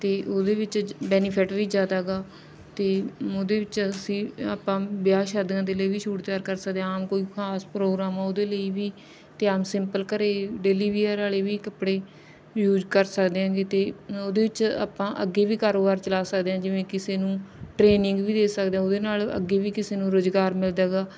ਅਤੇ ਉਹਦੇ ਵਿੱਚ ਬੈਨੀਫਿਟ ਵੀ ਜ਼ਿਆਦਾ ਗਾ ਅਤੇ ਉਹਦੇ ਵਿੱਚ ਅਸੀਂ ਆਪਾਂ ਵਿਆਹ ਸ਼ਾਦੀਆਂ ਦੇ ਲਈ ਵੀ ਸੂਟ ਤਿਆਰ ਕਰ ਸਕਦੇ ਹਾਂ ਆਮ ਕੋਈ ਖਾਸ ਪ੍ਰੋਗਰਾਮ ਆ ਉਹਦੇ ਲਈ ਵੀ ਅਤੇ ਆਮ ਸਿੰਪਲ ਘਰ ਡੇਲੀ ਵੀਅਰ ਵਾਲੇ ਵੀ ਕੱਪੜੇ ਯੂਜ ਕਰ ਸਕਦੇ ਆਂਗੇ ਅਤੇ ਉਹਦੇ ਵਿੱਚ ਆਪਾਂ ਅੱਗੇ ਵੀ ਕਾਰੋਬਾਰ ਚਲਾ ਸਕਦੇ ਹਾਂ ਜਿਵੇਂ ਕਿਸੇ ਨੂੰ ਟ੍ਰੇਨਿੰਗ ਵੀ ਦੇ ਸਕਦੇ ਹਾਂ ਉਹਦੇ ਨਾਲ ਅੱਗੇ ਵੀ ਕਿਸੇ ਨੂੰ ਰੁਜ਼ਗਾਰ ਮਿਲਦਾ ਹੈਗਾ